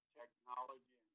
technology